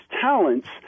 talents